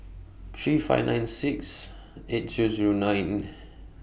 three five nine six eight two Zero nine